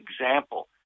example